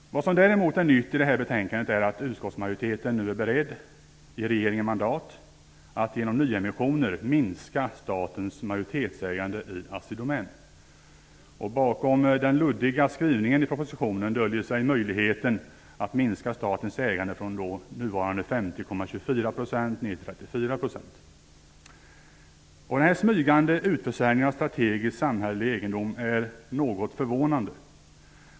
Vad som däremot är nytt i detta betänkande är att utskottsmajoriteten nu är beredd att ge regeringen mandat att genom nyemissioner minska statens majoritetsägande i Assi Domän. Bakom den luddiga skrivningen i propositionen döljer sig möjligheten att minska statens ägande från nuvarande 50,24 % ned till 34 % Denna smygande utförsäljning av strategisk samhällelig egendom är något förvånande.